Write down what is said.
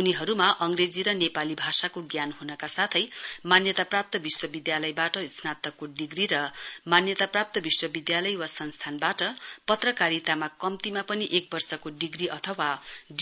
उनीहरुमा अंग्रेजी र नेपाली भाषाको ज्ञान हुनका साथै मान्यताप्राप्त विश्वविधालयवाट स्नातकको डिग्री र मान्यताप्राप्त विश्वविधालय वा संस्थानवाट पत्रकारितामा कम्तीमा पनि एक वर्षको डिग्री अथवा